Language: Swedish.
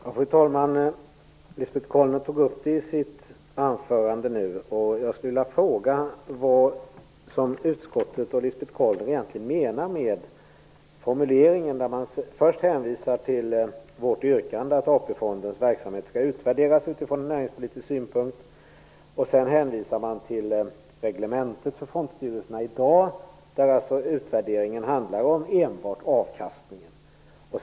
Fru talman! Lisbet Calner tog upp en sak i sitt anförande som jag vill fråga om. Vad menar hon och utskottet egentligen med formuleringen där man först hänvisar till Vänsterpartiets yrkande att AP-fondens verksamhet skall utvärderas från näringspolitisk synpunkt och sedan hänvisar till reglementet för fondstyrelserna i dag, där utvärderingen handlar om enbart avkastningen?